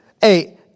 Hey